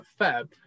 feb